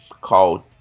called